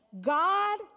God